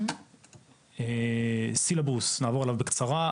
על הסילבוס נעבור בקצרה,